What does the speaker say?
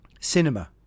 cinema